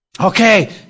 Okay